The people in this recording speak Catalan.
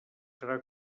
serà